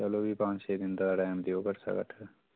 चलो फ्ही पंज छे दिन दा टैम देओ घट्ट शा घट्ट